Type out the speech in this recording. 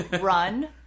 Run